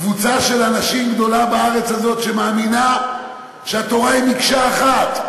קבוצה גדולה של אנשים בארץ הזאת שמאמינה שהתורה היא מקשה אחת,